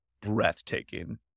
breathtaking